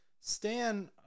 Stan